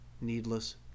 needless